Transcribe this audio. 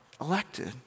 elected